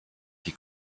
die